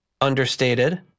understated